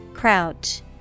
Crouch